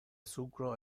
sucro